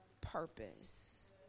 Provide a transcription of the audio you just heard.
purpose